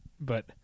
but-